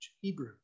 Hebrew